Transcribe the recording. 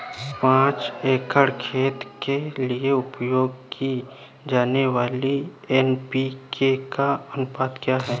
पाँच एकड़ खेत के लिए उपयोग की जाने वाली एन.पी.के का अनुपात क्या है?